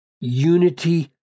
unity